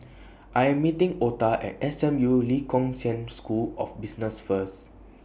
I Am meeting Ota At S M U Lee Kong Chian School of Business First